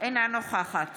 אינה נוכחת